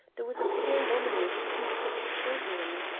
there was a poor woman with two sick children.